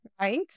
right